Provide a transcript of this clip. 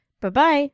Bye-bye